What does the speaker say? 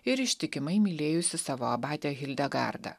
ir ištikimai mylėjusi savo abatę hildegardą